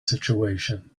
situation